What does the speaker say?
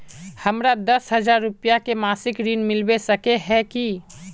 हमरा दस हजार रुपया के मासिक ऋण मिलबे सके है की?